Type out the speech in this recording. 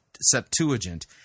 Septuagint